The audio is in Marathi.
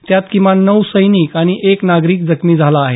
त्यात किमान नऊ सैनिक आणि एक नागरिक जखमी झाला आहे